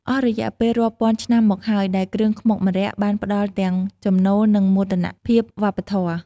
អស់រយៈពេលរាប់ពាន់ឆ្នាំមកហើយ ដែលគ្រឿងខ្មុកម្រ័ក្សណ៍បានផ្ដល់ទាំងចំណូល និងមោទនភាពវប្បធម៌។